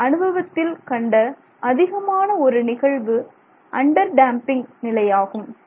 நாம் அனுபவத்தில் கண்ட அதிகமான ஒரு நிகழ்வு அண்டர் டேம்பிங் நிலையாகும்